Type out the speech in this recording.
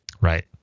right